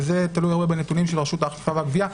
וזה תלוי הרבה בנתונים של רשות האכיפה והגבייה,